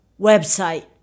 website